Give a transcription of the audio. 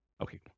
Okay